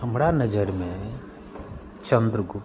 हमरा नजरिमे चन्द्रगुप्त